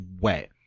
wet